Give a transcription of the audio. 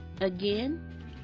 Again